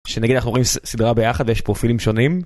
שנגד החורים סדרה ביחד יש פרופילים שונים.